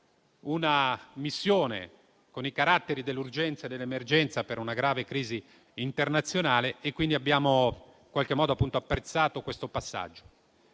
una missione con i caratteri dell'urgenza e dell'emergenza per una grave crisi internazionale. Abbiamo apprezzato questo passaggio.